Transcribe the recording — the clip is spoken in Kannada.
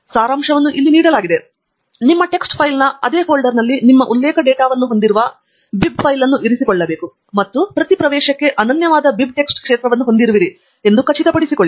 ಸಾರಾಂಶವನ್ನು ಇಲ್ಲಿ ನೀಡಲಾಗಿದೆ ನಿಮ್ಮ ಟೆಕ್ಸ್ ಫೈಲ್ನ ಅದೇ ಫೋಲ್ಡರ್ನಲ್ಲಿ ನಿಮ್ಮ ಉಲ್ಲೇಖ ಡೇಟಾವನ್ನು ಹೊಂದಿರುವ ಬೈಬ್ ಫೈಲ್ ಅನ್ನು ಇರಿಸಿಕೊಳ್ಳಬೇಕು ಮತ್ತು ಪ್ರತಿ ಪ್ರವೇಶಕ್ಕೆ ಅನನ್ಯವಾದ ಬಿಬ್ ಟಿಎಕ್ಸ್ ಕ್ಷೇತ್ರವನ್ನು ಹೊಂದಿರುವಿರಿ ಎಂದು ಖಚಿತಪಡಿಸಿಕೊಳ್ಳಿ